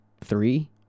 Three